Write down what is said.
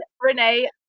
Renee